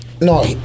No